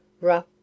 rough